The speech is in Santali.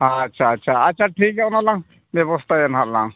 ᱟᱪᱪᱷᱟ ᱟᱪᱪᱷᱟ ᱟᱪᱪᱷᱟ ᱴᱷᱤᱠ ᱜᱮᱭᱟ ᱚᱱᱟ ᱞᱟᱝ ᱵᱮᱵᱚᱥᱛᱟᱭᱟ ᱦᱟᱜ ᱞᱟᱝ